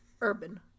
urban